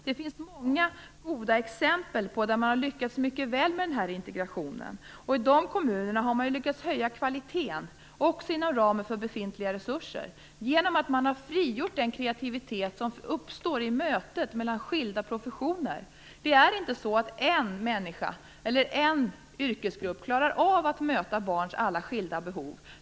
Det finns många goda exempel på att man har lyckats mycket väl med den här integrationen. I de kommunerna har man lyckats höja kvaliteten också inom ramen för befintliga resurser genom att man har frigjort den kreativitet som uppstår i mötet mellan skilda professioner. En människa eller en yrkesgrupp klarar inte av att möta barns alla skilda behov.